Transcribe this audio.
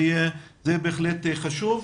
זה יהיה בהחלט חשוב.